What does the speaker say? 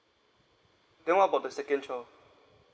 then what about the second child